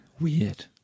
Weird